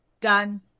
done